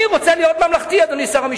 אני רוצה להיות ממלכתי, אדוני שר המשפטים.